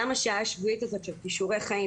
גם השעה השבועית הזאת של כישורי חיים